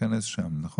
ייכנס שם, נכון?